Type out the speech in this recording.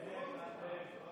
איך אתם כל